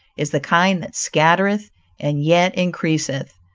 is the kind that scattereth and yet increaseth.